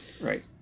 Right